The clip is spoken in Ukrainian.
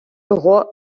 його